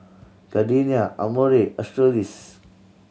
Gardenia Amore Australis